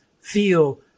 feel